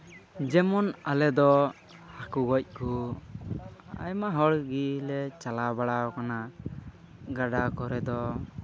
ᱡᱮᱢᱚᱱ ᱟᱞᱮ ᱫᱚ ᱦᱟᱹᱠᱩ ᱜᱚᱡ ᱠᱚ ᱟᱭᱢᱟ ᱦᱚᱲ ᱜᱮᱞᱮ ᱪᱟᱞᱟᱣ ᱵᱟᱲᱟᱣ ᱠᱟᱱᱟ ᱜᱟᱰᱟ ᱠᱚᱨᱮ ᱫᱚ